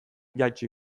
jaitsi